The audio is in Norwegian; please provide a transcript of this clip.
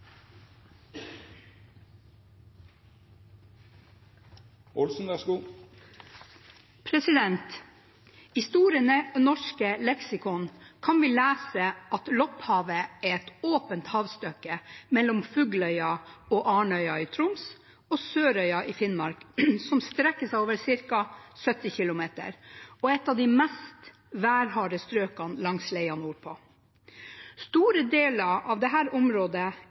i vannforvaltningen, så lovforslaget har ingen betydning for dette spørsmålet. Fleire har ikkje bedt om ordet til sak nr. 6. I Store norske leksikon kan vi lese at Lopphavet er et åpent havstykke mellom Fugløya og Arnøya i Troms og Sørøya i Finnmark, som strekker seg over ca. 70 km og er et av de mest værharde strøkene langs leia